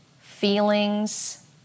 feelings